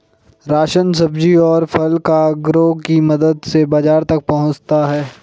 ration, सब्जी, और फल कार्गो की मदद से बाजार तक पहुंचता है